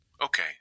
okay